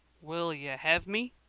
will yeh hev me?